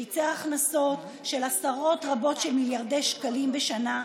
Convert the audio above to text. שייצר הכנסות של עשרות רבות של מיליארדי שקלים בשנה,